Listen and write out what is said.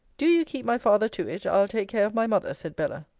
do you keep my father to it i'll take care of my mother, said bella.